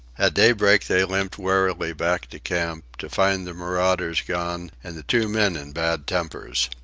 at daybreak they limped warily back to camp, to find the marauders gone and the two men in bad tempers.